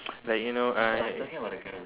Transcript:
like you know I